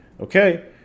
Okay